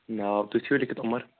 ناو تہِ چھُو لیٖکھِتھ عُمر